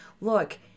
look